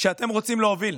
שאתם רוצים להוביל.